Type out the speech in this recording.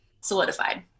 solidified